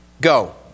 Go